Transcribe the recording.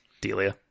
Delia